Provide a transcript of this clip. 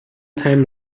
time